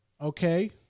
Okay